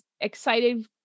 excited